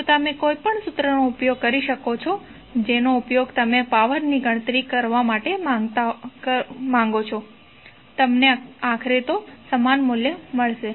તો તમે કોઈપણ સૂત્રનો ઉપયોગ કરી શકો છો જેનો ઉપયોગ તમે પાવર ની ગણતરી માટે કરવા માંગો છો તમને આખરે સમાન મૂલ્ય મળશે